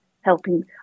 helping